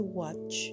watch